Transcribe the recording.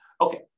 Okay